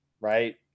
right